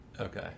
Okay